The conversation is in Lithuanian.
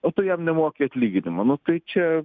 o tu jam nemoki atlyginimo nu tai čia